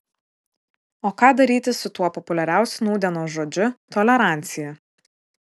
o ką daryti su tuo populiariausiu nūdienos žodžiu tolerancija